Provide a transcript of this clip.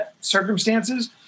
circumstances